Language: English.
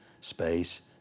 space